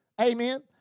Amen